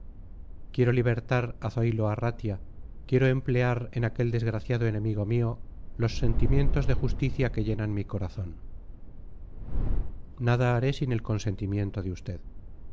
quiero libertar a zoilo arratia quiero emplear en aquel desgraciado enemigo mío los sentimientos de justicia que llenan mi corazón nada haré sin el consentimiento de usted